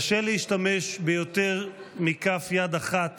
קשה להשתמש ביותר מכף יד אחת